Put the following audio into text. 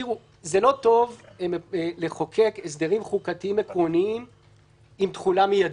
זה לא טוב לחוקק הסדרים חוקתיים עקרוניים עם תחולה מיידית,